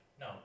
No